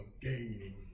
gaining